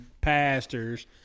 pastors